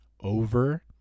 over